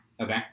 Okay